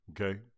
Okay